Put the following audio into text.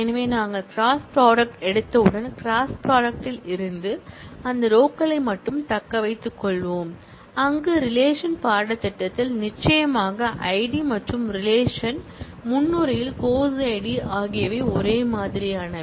எனவே நாங்கள் cross product எடுத்தவுடன் கிராஸ் ப்ராடக்ட்ல் இருந்து அந்த ரோகளை மட்டுமே தக்க வைத்துக் கொள்வோம் அங்கு ரிலேஷன் பாடத்திட்டத்தில் நிச்சயமாக ஐடி மற்றும் ரிலேஷன் முன்னுரையில் course id ஆகியவை ஒரே மாதிரியானவை